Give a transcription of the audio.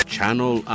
Channel